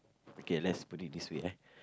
okay let's put it this way ah